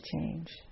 change